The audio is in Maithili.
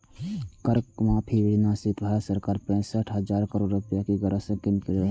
कर माफी योजना सं भारत सरकार पैंसठ हजार करोड़ रुपैया के कर संग्रह केने रहै